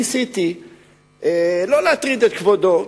ניסיתי לא להטריד את כבודו,